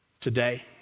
today